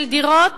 של דירות